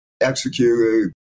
executed